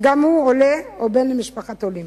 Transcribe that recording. גם הוא עולה או בן למשפחת עולים.